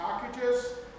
packages